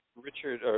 Richard